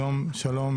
היום יום שלישי,